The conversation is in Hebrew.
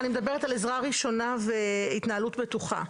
אני מדברת על עזרה ראשונה והתנהלות בטוחה.